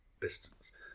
distance